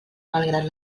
malgrat